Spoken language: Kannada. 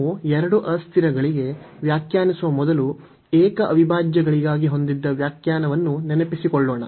ನಾವು ಎರಡು ಅಸ್ಥಿರಗಳಿಗೆ ವ್ಯಾಖ್ಯಾನಿಸುವ ಮೊದಲು ಏಕ ಅವಿಭಾಜ್ಯಗಳಿಗಾಗಿ ಹೊಂದಿದ್ದ ವ್ಯಾಖ್ಯಾನವನ್ನು ನೆನಪಿಸಿಕೊಳ್ಳೋಣ